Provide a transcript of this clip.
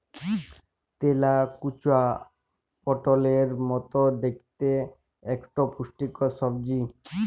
তেলাকুচা পটলের মত দ্যাইখতে ইকট পুষ্টিকর সবজি